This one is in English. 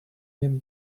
him